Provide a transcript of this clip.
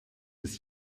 des